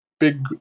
Big